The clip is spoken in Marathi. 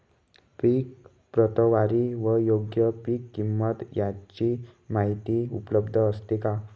पीक प्रतवारी व योग्य पीक किंमत यांची माहिती उपलब्ध असते का?